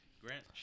Grant